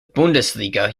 bundesliga